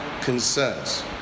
concerns